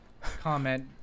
comment